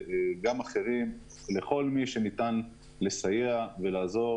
לכל מי שניתן לעזור,